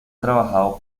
trabajado